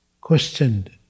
questioned